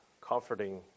comforting